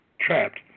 trapped